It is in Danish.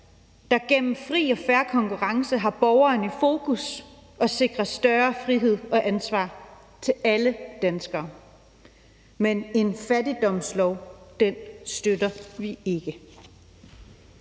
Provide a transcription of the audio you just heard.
der gennem fri og fair konkurrence har borgeren i fokus og sikrer større frihed og ansvar til alle danskere. Men en fattigdomslov støtter vi ikke.